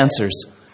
answers